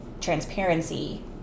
transparency